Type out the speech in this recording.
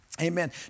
Amen